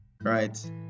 right